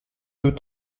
deux